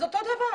זה אותו דבר.